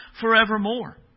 forevermore